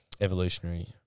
evolutionary